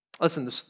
Listen